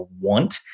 want